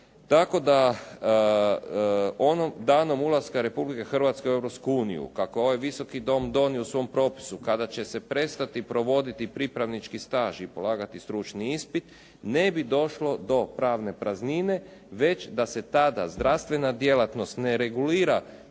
tako da danom ulaska Republike Hrvatske u Europsku uniju, kako je ovaj Visoki dom donio u svom propisu kada će se prestati provoditi pripravnički staž i polagati stručni ispit, ne bi došlo do pravne praznine, već da se tada zdravstvena djelatnost ne regulira